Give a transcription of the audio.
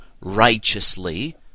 righteously